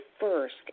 first